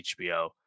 HBO